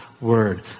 word